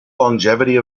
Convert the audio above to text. longevity